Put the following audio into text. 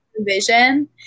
vision